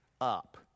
up